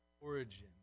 origin